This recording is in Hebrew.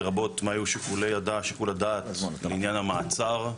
לרבות מה היה שיקול הדעת לעניין המעצר.